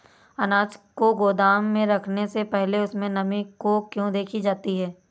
अनाज को गोदाम में रखने से पहले उसमें नमी को क्यो देखी जाती है?